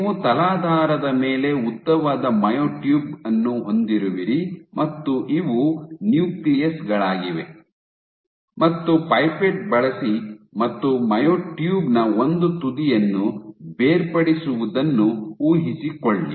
ನೀವು ತಲಾಧಾರದ ಮೇಲೆ ಉದ್ದವಾದ ಮಯೋಟ್ಯೂಬ್ ಅನ್ನು ಹೊಂದಿರುವಿರಿ ಮತ್ತು ಇವು ನ್ಯೂಕ್ಲಿಯಸ್ ಗಳಾಗಿವೆ ಮತ್ತು ಪೈಪೆಟ್ ಬಳಸಿ ಮತ್ತು ಮಯೋಟ್ಯೂಬ್ ನ ಒಂದು ತುದಿಯನ್ನು ಬೇರ್ಪಡಿಸುವುದನ್ನು ಊಹಿಸಿಕೊಳ್ಳಿ